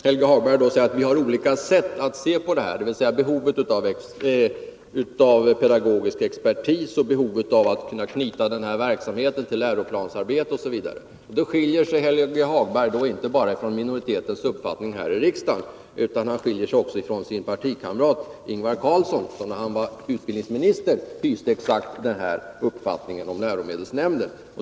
Herr talman! Jag noterade att Helge Hagberg sade att vi har olika sätt att se på behovet av pedagogisk expertis och av att kunna knyta verksamheten till läroplansarbete, osv. Men då skiljer sig Helge Hagbergs åsikter inte bara från riksdagsminoritetens utan också från partikamraten Ingvar Carlssons. När Ingvar Carlsson var utbildningsminister hyste han nämligen exakt den här uppfattningen om läromedelsnämnden.